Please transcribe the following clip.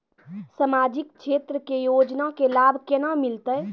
समाजिक क्षेत्र के योजना के लाभ केना मिलतै?